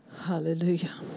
Hallelujah